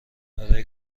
برای